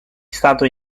stato